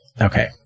Okay